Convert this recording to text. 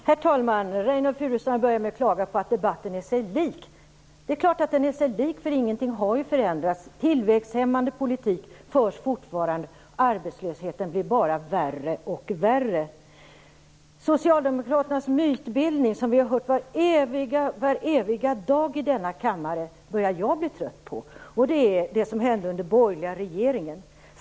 Herr talman! Reynoldh Furustrand började med att klaga på att debatten är sig lik. Det är klart att den är sig lik - ingenting har ju förändrats! Tillväxthämmande politik förs fortfarande, och arbetslösheten blir bara värre och värre. Jag börjar bli trött på Socialdemokraternas mytbildning, som vi har hört vareviga dag i denna kammare. Det gäller det som hände under den borgerliga regeringen.